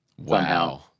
Wow